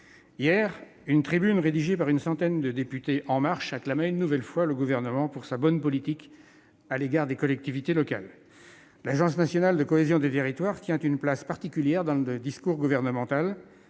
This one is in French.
Hier, une tribune rédigée par une centaine de députés En Marche acclamait une nouvelle fois la politique du Gouvernement à l'égard des collectivités locales ... L'Agence nationale de cohésion des territoires tient une place particulière dans le discours gouvernemental.